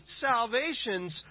salvations